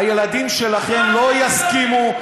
הילדים שלכם לא יסכימו.